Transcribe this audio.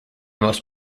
most